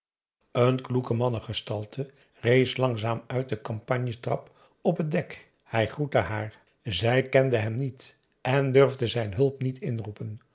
een kloeke mannengestalte rees langzaam uit de kampanje trap op het dek hij groette haar zij kende hem niet en durfde zijn hulp niet inroepen